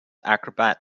acrobat